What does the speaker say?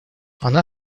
она